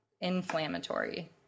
inflammatory